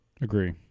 Agree